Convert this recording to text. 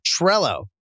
Trello